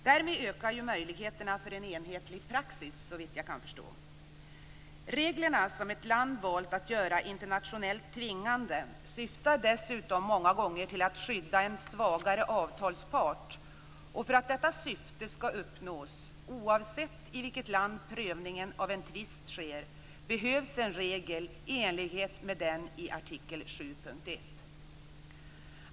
Därmed ökar möjligheterna för en enhetlig praxis, såvitt jag kan förstå. Reglerna som ett land har valt göra internationellt tvingande syftar dessutom många gånger till att skydda en svagare avtalspart. För att detta syfte skall uppnås, oavsett i vilket land prövningen av en tvist sker, behövs en regel i enlighet med den i artikel 7.1.